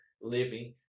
living